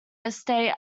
estate